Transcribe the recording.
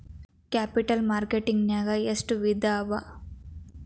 Capital market ನ್ಯಾಗ್ ಎಷ್ಟ್ ವಿಧಾಅವ?